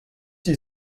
you